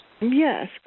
Yes